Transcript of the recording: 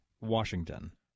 Washington